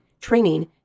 training